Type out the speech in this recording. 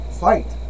fight